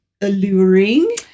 alluring